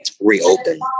Reopen